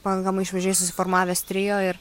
pakankamai šviežiai susiformavęs trio ir